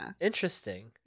Interesting